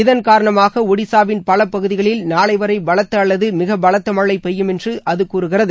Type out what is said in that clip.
இதன்காரணமாக ஒடிசாவின் பல பகுதிகளில் நாளை வரை பலத்த அல்லது மிக பலத்த மழை பெய்யும் என்று அது கூறுகிறது